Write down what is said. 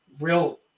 real